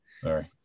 Sorry